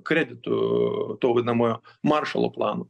kreditų to vadinamojo maršalo plano